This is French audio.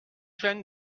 jeunes